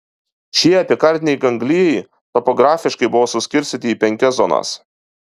šie epikardiniai ganglijai topografiškai buvo suskirstyti į penkias zonas